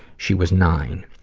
she was nine.